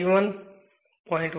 1 j 0